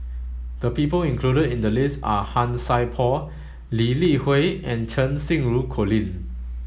the people included in the list are Han Sai Por Lee Li Hui and Cheng Xinru Colin